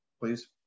Please